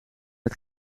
het